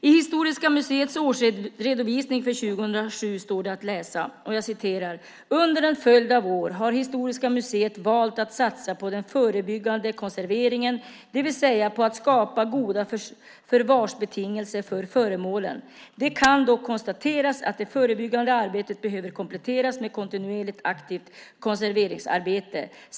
I Historiska museets årsredovisning för 2007 står att läsa: "Under en följd av år har Historiska museet valt att satsa på den förebyggande konserveringen, dvs på att skapa goda förvarsbetingelser för föremålen. Det kan dock konstateras att det förebyggande arbetet behöver kompletteras med kontinuerligt aktivt konserveringsarbete.